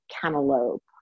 cantaloupe